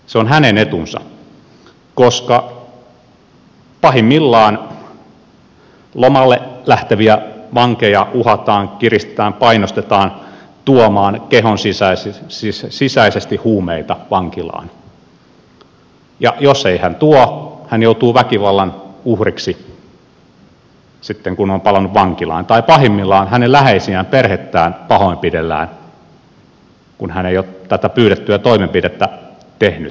se on hänen etunsa koska pahimmillaan lomalle lähtevää vankia uhataan kiristetään painostetaan tuomaan kehonsisäisesti huumeita vankilaan ja jos ei hän tuo hän joutuu väkivallan uhriksi sitten kun on palannut vankilaan tai pahimmillaan hänen läheisiään perhettään pahoinpidellään kun hän ei ole tätä pyydettyä toimenpidettä tehnyt